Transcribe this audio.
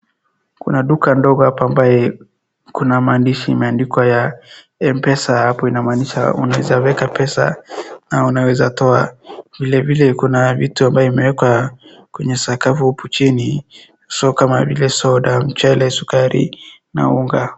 Kuna duka ndogo hapa ambaye kuna maandishi ambaye imeandikwa apo ya M-pesa. Inamaanisha unaweza weka pesa na unaweza toa, vile vile kuna vitu ambaye imewekwa kwenye sakafu uko chini, so kama vile soda, mchele, sukari na unga.